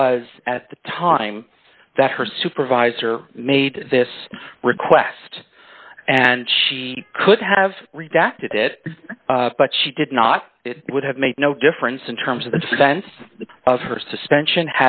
was at the time that her supervisor made this request and she could have redacted it but she did not it would have made no difference in terms of the sense of her suspension